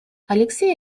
алексей